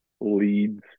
leads